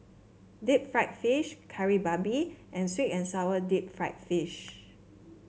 Deep Fried Fish Kari Babi and sweet and sour Deep Fried Fish